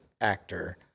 actor